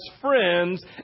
friends